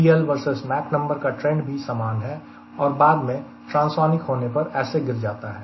CL vs Mach number का trend भी समान है और बाद में ट्रांसोनिक होने पर ऐसे गिर जाता है